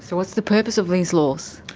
so what's the purpose of these laws?